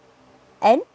and